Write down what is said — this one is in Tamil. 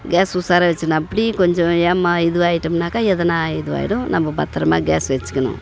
கேஸு உஷாரா வச்சுக்கணும் அப்படி கொஞ்சம் ஏமா இதுவாக ஆயிட்டோம்னாக்கா எதனா இதுவாகிடும் நம்ம பத்திரமா கேஸு வச்சுக்கணும்